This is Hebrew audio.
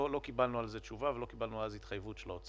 לא קיבלנו על זה תשובה ולא קיבלנו אז התחייבות של האוצר.